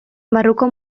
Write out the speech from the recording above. barruko